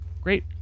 Great